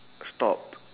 stop